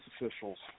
officials